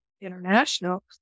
International